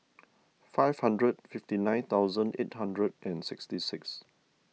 five hundred fifty nine thousand eight hundred and sixty six